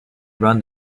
run